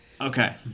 Okay